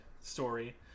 story